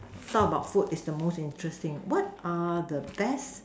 talk about the food is the most interesting what are the best